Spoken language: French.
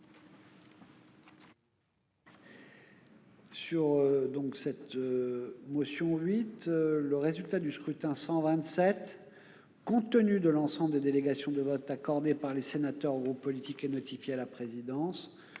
à constater le résultat du scrutin. Voici, compte tenu de l'ensemble des délégations de vote accordées par les sénateurs aux groupes politiques et notifiées à la présidence,